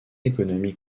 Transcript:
économique